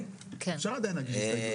ואז אני רוצה לפנות לזה.